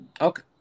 Okay